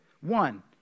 One